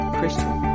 Christian